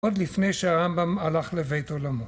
עוד לפני שהרמב״ם הלך לבית עולמו.